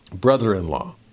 brother-in-law